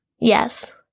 Yes